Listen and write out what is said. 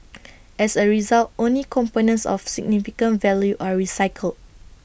as A result only components of significant value are recycled